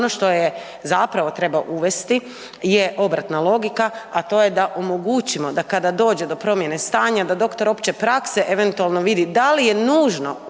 Ono što je zapravo treba uvesti je obratna logika, a to je da omogućimo da kada dođe do promjene stanja da doktor opće prakse eventualno vidi da li je nužno uopće